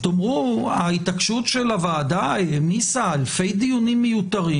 תגידו: ההתעקשות של הוועדה העמיסה אלפי דיונים מיותרים